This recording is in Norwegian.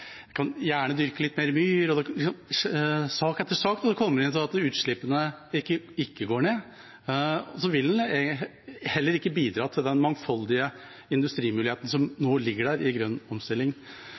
kan dyrke litt mer myr? I sak etter sak kommer det inn forslag som gjør at utslippene ikke går ned. Så vil en heller ikke bidra til den mangfoldige industrimuligheten som